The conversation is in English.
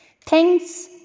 Thanks